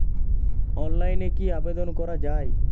অনলাইনে কি আবেদন করা য়ায়?